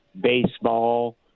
baseball